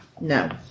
No